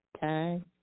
time